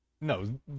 No